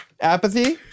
Apathy